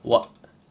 what